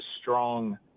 strong